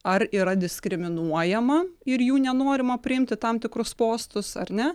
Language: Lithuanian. ar yra diskriminuojama ir jų nenorima priimt į tam tikrus postus ar ne